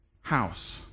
House